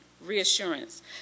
reassurance